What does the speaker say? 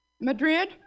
Madrid